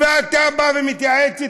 ואתה בא ומתייעץ אתו?